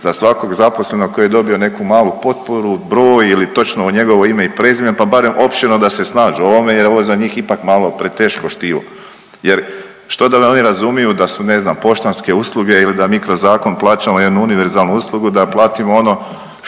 za svakog zaposlenog koji je dobio neku malu potporu, broj ili točno njegovo ime i prezime, pa barem opširno da se snađu u ovome jer ovo je za njih ipak malo preteško štivo. Jer što da oni razumiju da su ne znam poštanske usluge ili da mi kroz zakon plaćamo jednu univerzalnu uslugu da platimo ono